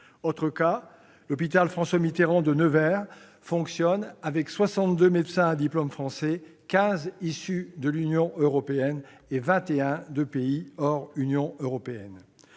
Autre cas, l'hôpital François-Mitterrand de Nevers fonctionne avec 62 médecins à diplôme français, 15 issus de l'Union européenne, et 21 de pays hors de l'Union européenne.